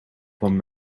van